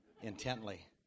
intently